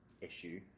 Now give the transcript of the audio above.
issue